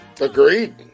Agreed